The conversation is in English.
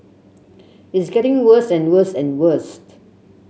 it's getting worse and worse and worst